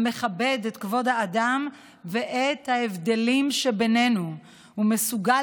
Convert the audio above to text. המכבדים את כבוד האדם ואת ההבדלים שבינינו ומסוגלים